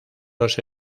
los